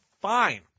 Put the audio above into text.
fine